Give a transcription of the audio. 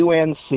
UNC